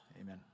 Amen